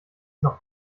noch